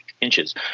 inches